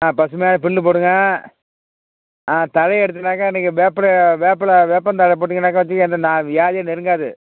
ஆ பசுமையான புல்லுப் போடுங்க ஆ தழைய எடுத்துன்னாக்கா நீங்கள் வேப்பலைய வேப்பில வேப்பந்தழ போட்டீங்கன்னாக்கா வெச்சீங்க அந்த நா வியாதியே நெருங்காது